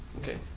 Okay